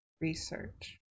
Research